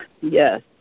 Yes